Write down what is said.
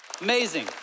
Amazing